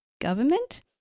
government